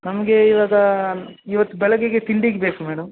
ನಮ್ಗೆ ಇವಾಗ ಇವತ್ತು ಬೆಳಿಗ್ಗೆಗೆ ತಿಂಡಿಗೆ ಬೇಕು ಮೇಡಮ್